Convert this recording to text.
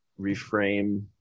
reframe